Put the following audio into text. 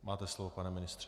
Máte slovo, pane ministře.